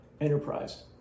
enterprise